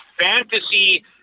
fantasy